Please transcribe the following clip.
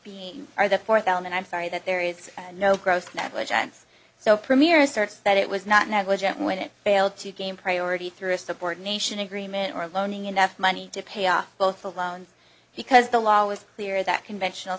element or the fourth element i'm sorry that there is no gross negligence so premier asserts that it was not negligent when it failed to gain priority through a subordination agreement or loaning enough money to pay off both a loan because the law was clear that conventional